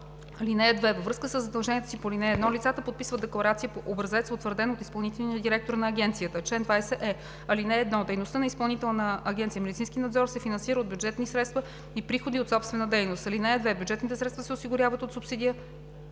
(2) Във връзка със задълженията си по ал. 1 лицата подписват декларация по образец, утвърден от изпълнителния директор на Агенцията.“ „Чл. 20е. (1) Дейността на Изпълнителна агенция „Медицински надзор“ се финансира от бюджетни средства и приходи от собствена дейност. (2) Бюджетните средства се осигуряват от субсидия